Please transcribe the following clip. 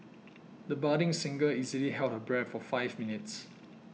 the budding singer easily held her breath for five minutes